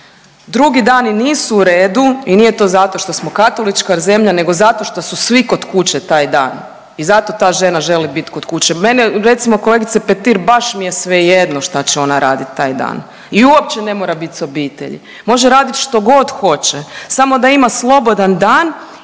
Drugi dani nisu u redu i nije to zato što smo katolička zemlja, nego zato što su svi kod kuće taj dan i zato ta žena želi bit kod kuće. Mene recimo kolegice Petir baš mi je svejedno šta će ona raditi taj dan i uopće ne mora bit sa obitelji, može radit što god hoće samo da ima slobodan dan